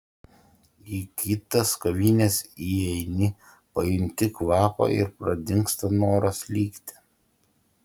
į kitas kavines įeini pajunti kvapą ir pradingsta noras likti